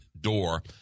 door